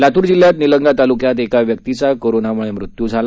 लातूर जिल्ह्यात निलंगा तालुक्यात एका व्यक्तीचा कोरोनामुळे मृत्यू झाला